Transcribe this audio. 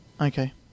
Okay